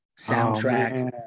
soundtrack